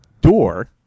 door